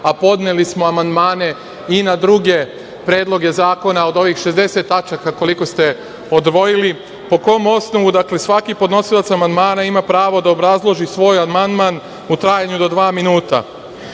a podneli smo amandmane i na druge predloge zakona od ovih 60. tačaka koliko ste odvojili, po kom osnovu da svaki podnosilac amandmana ima pravo da obrazloži svoj amandman u trajanju do dva minuta.